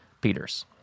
Peters